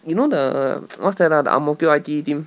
you know the what's that ah the ang mo kio I_T_E team